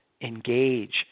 engage